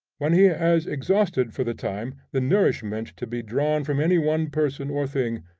when he has exhausted for the time the nourishment to be drawn from any one person or thing,